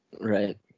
right